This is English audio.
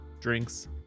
drinks